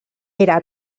era